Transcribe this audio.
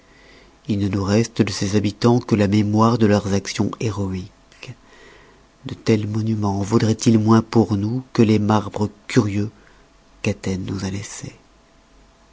il ne nous reste de ses habitans que la mémoire de leurs actions héroiques de tels monumens vaudroient ils moins pour nous que les marbres curieux qu'athènes nous a laissés